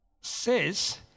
says